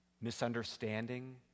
misunderstanding